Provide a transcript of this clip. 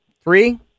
Three